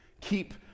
keep